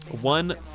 one